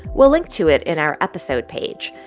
we'll link to it in our episode page.